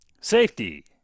Safety